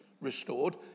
restored